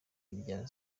ibya